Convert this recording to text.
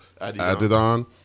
Adidon